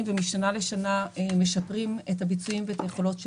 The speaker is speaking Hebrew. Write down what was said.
ומשנה לשנה משפרים את הביצועים ואת היכולות שלנו.